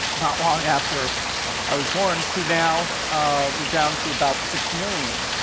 not long after i was born to now we're down to about six million.